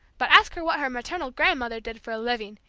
but ask her what her maternal grandmother did for a living,